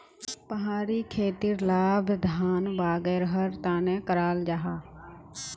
पहाड़ी खेतीर लाभ धान वागैरहर तने कराल जाहा